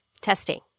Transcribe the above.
Testing